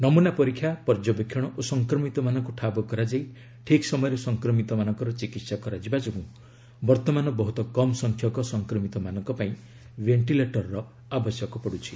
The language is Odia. ନମୁନା ପରୀକ୍ଷା ପର୍ଯ୍ୟବେକ୍ଷଣ ଓ ସଂକ୍ରମିତମାନଙ୍କୁ ଠାବ କରାଯାଇ ଠିକ୍ ସମୟରେ ସଂକ୍ରମିତମାନଙ୍କର ଚିକିତ୍ସା କରାଯିବା ଯୋଗୁଁ ବର୍ତ୍ତମାନ ବହୁତ କମ୍ ସଂଖ୍ୟକ ସଂକ୍ରମିତମାନଙ୍କ ପାଇଁ ଭେଷ୍ଟିଲେଟରର ଆବଶ୍ୟକ ପଡ଼ୁଛି